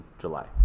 july